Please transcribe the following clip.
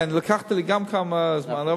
כן, לקחת לי גם קצת זמן.